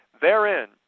Therein